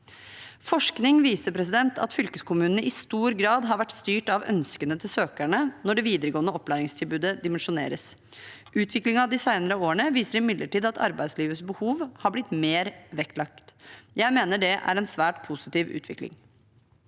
Forskning viser at fylkeskommunene i stor grad har vært styrt av ønskene til søkerne når det videregående opplæringstilbudet dimensjoneres. Utviklingen de senere årene viser imidlertid at arbeidslivets behov har blitt mer vektlagt. Jeg mener det er en svært positiv utvikling.